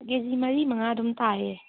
ꯀꯦ G ꯃꯔꯤ ꯃꯉꯥ ꯑꯗꯨꯝ ꯇꯥꯏꯌꯦ